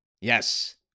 Yes